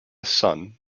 son